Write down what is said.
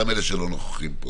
גם אלה שלא נוכחים פה